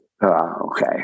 Okay